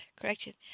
corrected